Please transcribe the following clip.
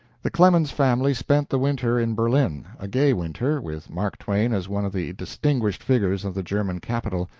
the clemens family spent the winter in berlin, a gay winter, with mark twain as one of the distinguished figures of the german capital.